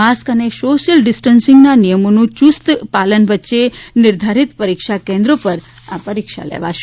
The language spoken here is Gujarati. માસ્ક અને સોશિયલ ડિસ્ટન્સીંગના નિયમોનું યુસ્ત પાલન વચ્ચે નિર્ધારીત પરીક્ષા કેન્દ્રો પરથી પરીક્ષા લેવાશે